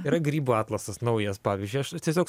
yra grybų atlasas naujas pavyzdžiui aš tiesiog